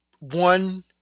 One